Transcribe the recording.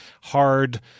hard